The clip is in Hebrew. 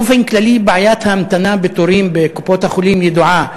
באופן כללי בעיית ההמתנה לתורים בקופות-החולים ידועה.